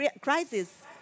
crisis